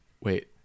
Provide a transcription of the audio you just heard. Wait